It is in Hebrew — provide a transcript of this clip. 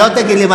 נא לצאת.